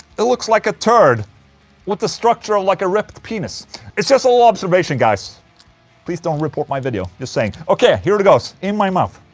it looks like a turd with the structure of like a ripped penis it's just a little observation guys please don't report my video, just saying ok, here it goes in my mouth